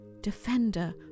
defender